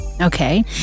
okay